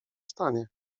stanie